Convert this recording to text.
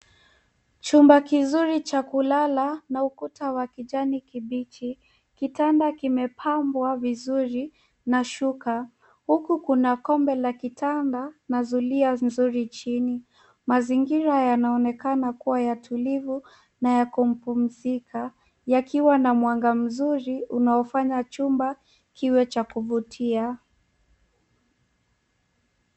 Chumba kizuri cha kulala na ukuta wa kijani kibichi. Kitanda kimepambwa vizuri na shuka, huku kuna kombe la kitanda na zulia nzuri chini. Mazingira yanaonekana kuwa ya tulivu na ya kupumzika yakiwa na mwanga mzuri unaofanya chumba kiwe cha kuvutia.